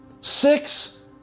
six